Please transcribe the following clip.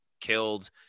killed